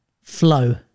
Flow